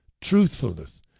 Truthfulness